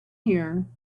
here